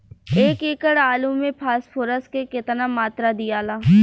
एक एकड़ आलू मे फास्फोरस के केतना मात्रा दियाला?